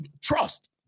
trust